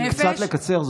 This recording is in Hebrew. קצת לקצר,